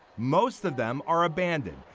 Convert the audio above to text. most of them are abandoned.